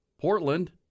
Portland